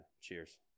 cheers